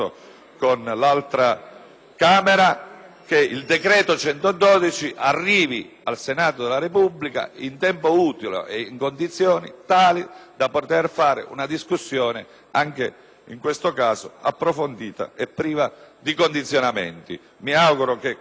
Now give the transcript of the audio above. che il decreto-legge n. 112 arrivi al Senato della Repubblica in tempo utile e in condizioni tali da consentire lo svolgimento di una discussione, anche in questo caso, approfondita e priva di condizionamenti. Mi auguro che questo richiamo e queste invocazioni